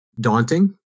daunting